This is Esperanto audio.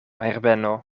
herbeno